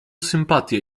sympatię